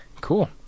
Cool